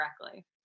correctly